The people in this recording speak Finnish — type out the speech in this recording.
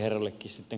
kiitos